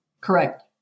Correct